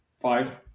five